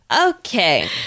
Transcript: Okay